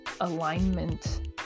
alignment